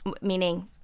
meaning –